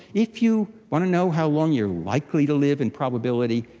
if you want to know how long you're likely to live in probability,